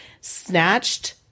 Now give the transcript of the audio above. snatched